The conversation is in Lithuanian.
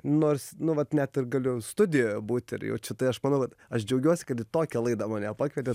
nors nu vat net ir galiu studijoje būt ir jaučiu tai aš manau vat aš džiaugiuosi kad į tokią laidą mane pakvietėt